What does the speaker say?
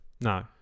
No